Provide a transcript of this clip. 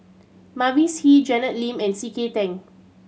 Mavis Hee Janet Lim and C K Tang